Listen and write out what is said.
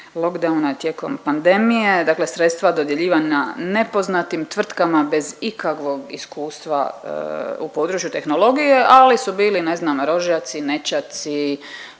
lockdowna, tijekom pandemije. Dakle, sredstva dodjeljivana nepoznatim tvrtkama bez ikakvog iskustva u području tehnologije, ali su bili ne znam rođaci, nećaci,